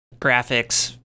graphics